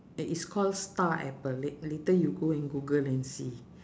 it is call star apple lat~ later you go and google and see